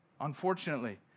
unfortunately